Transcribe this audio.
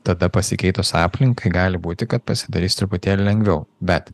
tada pasikeitus aplinkai gali būti kad pasidarys truputėlį lengviau bet